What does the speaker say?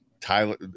Tyler